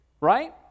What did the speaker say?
right